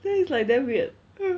then it's like damn weird